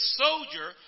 soldier